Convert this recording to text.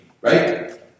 Right